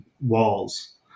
walls